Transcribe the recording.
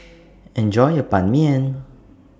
Enjoy your Ban Mian